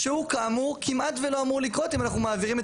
שהוא כאמור כמעט ולא אמור לקרות אם אנחנו מעבירים את